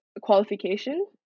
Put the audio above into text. qualification